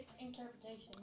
interpretation